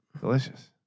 Delicious